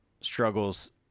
struggles